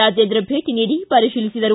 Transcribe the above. ರಾಜೇಂದ್ರ ಭೇಟಿ ನೀಡಿ ಪರಿತೀಲಿಸಿದರು